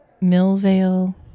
Millvale